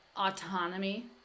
autonomy